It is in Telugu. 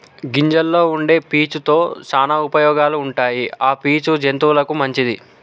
గింజల్లో వుండే పీచు తో శానా ఉపయోగాలు ఉంటాయి ఆ పీచు జంతువులకు మంచిది